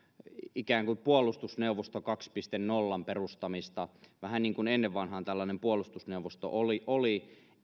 puolustusneuvosto kaksi piste nollan perustamista vähän niin kuin ennen vanhaan tällainen puolustusneuvosto oli oli